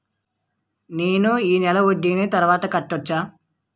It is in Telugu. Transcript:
నేను ఈ నెల వడ్డీని తర్వాత కట్టచా?